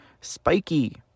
Spiky